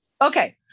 Okay